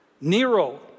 Nero